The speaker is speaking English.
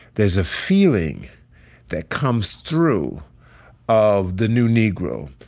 there's a feeling that comes through of the new negro